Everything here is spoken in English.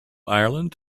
ireland